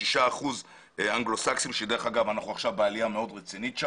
שישה אחוזים אנגלוסקסים ואנחנו עכשיו בעלייה מאוד רצינית.